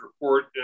report